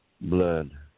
blood